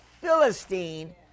Philistine